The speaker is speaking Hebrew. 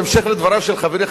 בהמשך לדבריו של חברי,